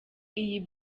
iyi